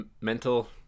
mental